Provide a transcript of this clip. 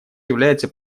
является